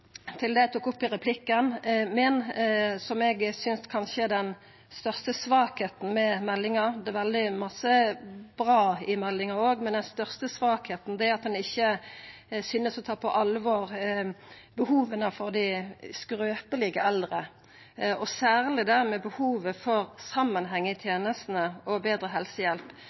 til det eg tok opp i replikken min, som eg synest kanskje er den største svakheita med meldinga. Det er veldig mykje bra i meldinga, men den største svakheita er at ein ikkje synest å ta på alvor behova til dei skrøpelege eldre, særleg behovet for samanheng i tenestene og betre helsehjelp.